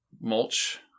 Mulch